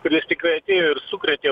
kuris tikrai atėjo ir sukrėtė